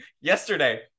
yesterday